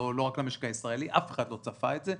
לא רק למשק הישראלי ואף אחד לא צפה את זה.